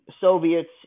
Soviets